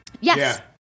Yes